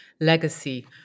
legacy